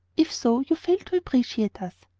if so you failed to appreciate us.